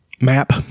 map